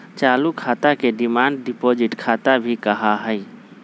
चालू खाता के डिमांड डिपाजिट खाता भी कहा हई